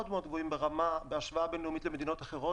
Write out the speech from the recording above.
מאוד מאוד גבוהים בהשוואה בין-לאומית למדינות אחרות